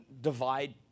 divide